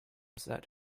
set